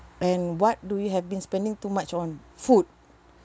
and what do we have been spending too much on food